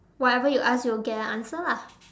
whatever you ask you will get an answer lah